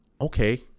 okay